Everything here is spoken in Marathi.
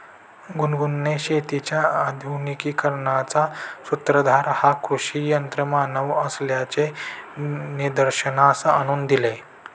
गुनगुनने शेतीच्या आधुनिकीकरणाचा सूत्रधार हा कृषी यंत्रमानव असल्याचे निदर्शनास आणून दिले